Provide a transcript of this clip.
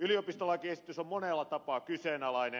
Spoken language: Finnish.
yliopistolakiesitys on monella tapaa kyseenalainen